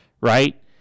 right